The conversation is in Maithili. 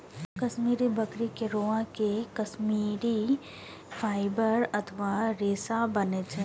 कश्मीरी बकरी के रोआं से कश्मीरी फाइबर अथवा रेशा बनै छै